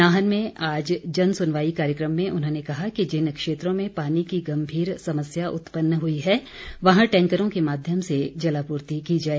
नाहन में आज जन सुनवाई कार्यक्रम में उन्होंने कहा कि जिन क्षेत्रों में पानी की गम्भीर समस्या उत्पन्न हुई है वहां टैंकरों के माध्यम से जलापूर्ति की जाए